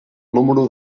número